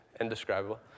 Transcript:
indescribable